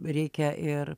reikia ir